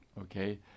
Okay